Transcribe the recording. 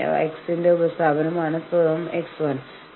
നിങ്ങൾ എതിർകക്ഷിയുമായി യോജിക്കരുത് എന്ന് ഞാൻ പറയുന്നില്ല